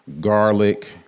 garlic